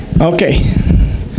Okay